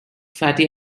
fatty